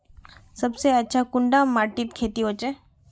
सबसे अच्छा कुंडा माटित खेती होचे?